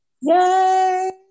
Yay